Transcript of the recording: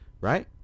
right